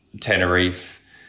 Tenerife